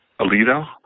Alito